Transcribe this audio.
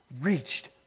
reached